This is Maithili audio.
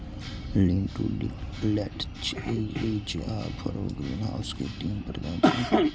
लीन टू डिटैच्ड, रिज आ फरो ग्रीनहाउस के तीन प्रकार छियै